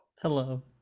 Hello